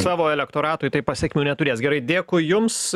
savo elektoratui tai pasekmių neturės gerai dėkui jums